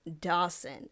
Dawson